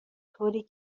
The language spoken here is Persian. طوری